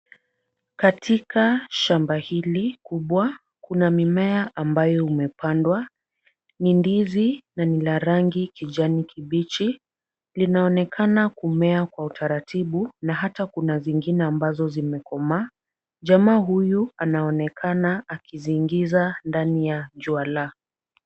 Katika shamba hili kubwa kuna mimea ambayo umepandwa. Ni ndizi na ni la rangi kijani kibichi. Linaonekana kumea kwa utaratibu na hata kuna zingine ambazo zimekomaa. Jamaa huyu anaonekana akiziingiza ndani ya juala .